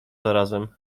zarazem